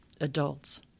adults